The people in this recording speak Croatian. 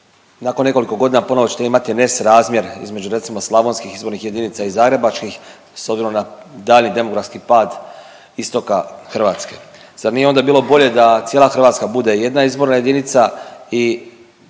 nakon nekoliko godina ponovo ćete imati nesrazmjer između, recimo, slavonskih izbornih jedinica i zagrebačkih s obzirom na daljnji demografski pad istoka Hrvatske. Zar nije onda bilo bolje da cijela Hrvatska bude jedna izborna jedinica i